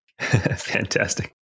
Fantastic